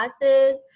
classes